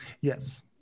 Yes